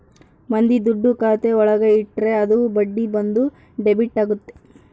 ಮಂದಿ ದುಡ್ಡು ಖಾತೆ ಒಳಗ ಇಟ್ರೆ ಅದು ಬಡ್ಡಿ ಬಂದು ಡೆಬಿಟ್ ಆಗುತ್ತೆ